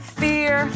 fear